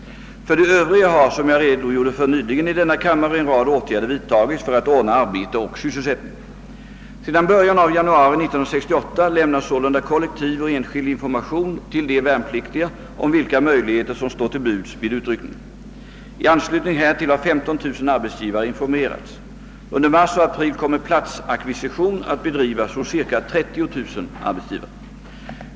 För de övriga har som jag redogjorde för nyligen i denna kammare en rad åtgärder vidtagits för att ordna arbete och sysselsättning. Sedan början av januari 1968 lämnas sålunda kollektiv och enskild information till de värnpliktiga om vilka möjligheter som står till buds vid utryckningen. I anslutning härtill har 15 000 arbetsgivare informerats. Under mars och april kommer platsackvisition att bedrivas hos cirka 30 000 arbetsgivare.